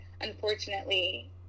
unfortunately